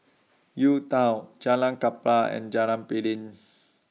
UTown Jalan Klapa and Jalan Piring